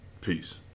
Peace